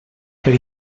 per